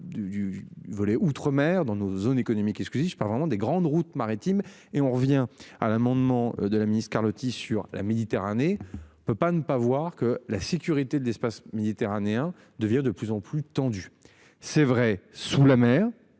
du volet outre-mer dans nos zones économiques exclusives, pas vraiment des grandes routes maritimes. Et on revient à l'amendement de la ministre-Carlotti, sur la Méditerranée. On ne peut pas ne pas voir que la sécurité de l'espace méditerranéen de vieux de plus en plus tendue c'est vrai sous la mer